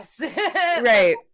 Right